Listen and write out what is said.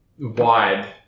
Wide